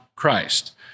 Christ